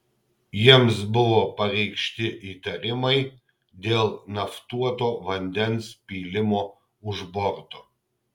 jiems buvo pareikšti įtarimai dėl naftuoto vandens pylimo už borto